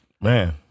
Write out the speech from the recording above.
Man